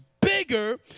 bigger